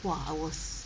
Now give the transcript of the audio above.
!wah! I was